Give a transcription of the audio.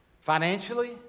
financially